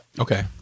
Okay